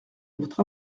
votre